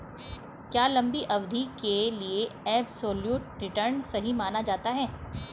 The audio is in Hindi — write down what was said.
क्या लंबी अवधि के लिए एबसोल्यूट रिटर्न सही माना जाता है?